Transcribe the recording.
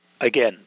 Again